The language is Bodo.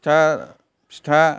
फिथा